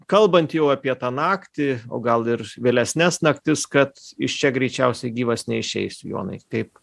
kalbant jau apie tą naktį o gal ir vėlesnes naktis kad iš čia greičiausiai gyvas neišeis jonai kaip